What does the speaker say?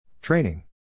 Training